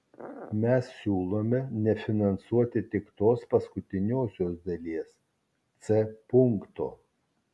mes siūlome nefinansuoti tik tos paskutiniosios dalies c punkto